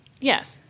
Yes